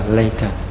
later